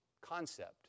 concept